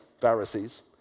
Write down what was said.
Pharisees